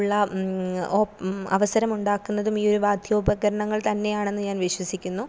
ഉള്ള അവസരമുണ്ടാക്കുന്നതും ഈ ഒരു വാദ്യോപകരണങ്ങൾ തന്നെയാണെന്ന് ഞാൻ വിശ്വസിക്കുന്നു